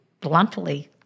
bluntly